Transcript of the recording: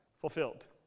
fulfilled